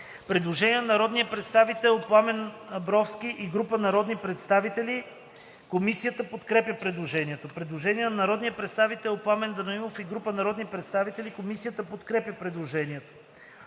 Предложение на народния представител Пламен Данаилов и група народни представители. Комисията подкрепя предложението.